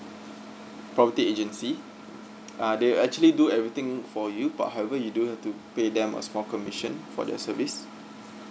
property agency uh they actually do everything for you but however you do have to pay them a small commission for their service